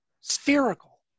spherical